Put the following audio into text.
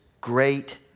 great